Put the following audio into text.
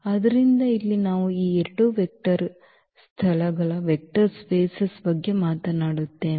ಆದ್ದರಿಂದ ಇಲ್ಲಿ ನಾವು ಈ ಎರಡು ವೆಕ್ಟರ್ ಸ್ಥಳಗಳ ಬಗ್ಗೆ ಮಾತನಾಡುತ್ತೇವೆ